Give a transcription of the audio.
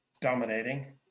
dominating